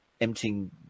emptying